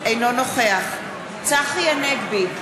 אינו נוכח צחי הנגבי,